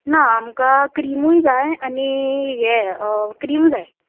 ना आमकां क्रिमूय जाय आनी हे क्रीम जाय